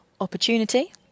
Opportunity